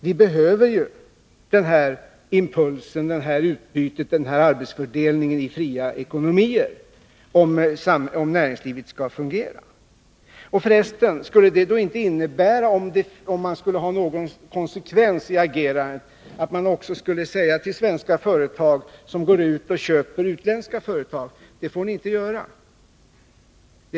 Vi behöver ju den här impulsen, försäljningen av det här utbytet, den här arbetsfördelningen i fria ekonomier, om näringslivet företaget Wasaskall fungera. Och för resten, om man skulle ha någon konsekvens i bröd agerandet, skulle det då inte innebära att man också skulle säga till svenska företag som går ut och köper utländska företag att det får ni inte göra?